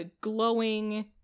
glowing